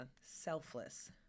selfless